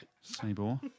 Sabor